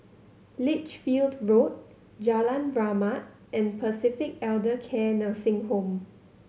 Lichfield Road Jalan Rahmat and Pacific Elder Care Nursing Home